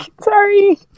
Sorry